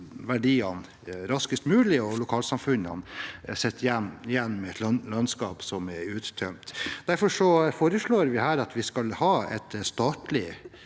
verdiene raskest mulig, og lokalsamfunnene sitter igjen med et landskap som er uttømt. Derfor foreslår vi her at vi skal ha et statlig